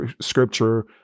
scripture